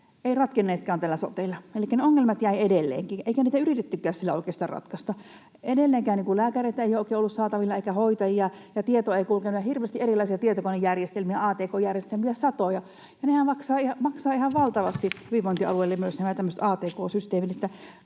eivät ratkenneetkaan tällä sotella. Elikkä ne ongelmat jäivät edelleenkin, eikä niitä yritettykään sillä oikeastaan ratkaista. Edelleenkään lääkäreitä ei oikein ollut saatavilla, eikä hoitajia, ja tieto ei kulkenut. Oli hirveästi erilaisia tietokonejärjestelmiä, atk-järjestelmiä, satoja, ja nehän myös maksavat ihan valtavasti hyvinvointialueille, nämä tämmöiset